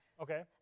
Okay